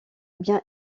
biens